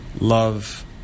Love